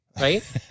right